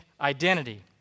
identity